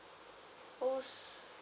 als~